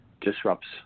disrupts